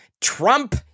Trump